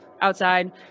outside